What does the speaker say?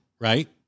right